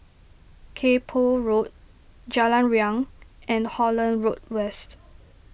Kay Poh Road Jalan Riang and Holland Road West